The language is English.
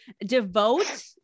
Devote